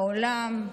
בעולם,